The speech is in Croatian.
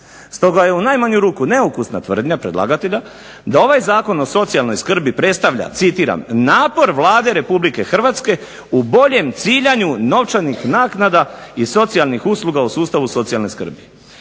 Stoga je u najmanju ruku neukusna tvrdnja predlagatelja da ovaj Zakon o socijalnoj skrbi predstavlja, citiram napor Vlade Republike Hrvatske u boljem ciljanju novčanih naknada i socijalnih usluga u sustavu socijalne skrbi.